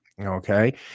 Okay